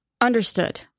Understood